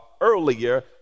Earlier